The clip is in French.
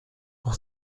pour